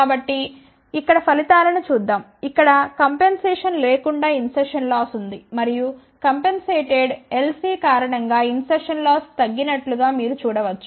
కాబట్టి ఇక్కడ ఫలితాలను చూద్దాం ఇక్కడ కంపెన్సేషన్ లేకుండా ఇన్సర్షస్ లాస్ ఉంది మరియు కంపెన్సేటెడ్ L C కారణంగా ఇన్సర్షస్ లాస్ తగ్గినట్లు మీరు చూడ వచ్చు